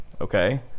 okay